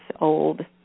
old